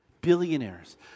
billionaires